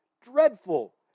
dreadful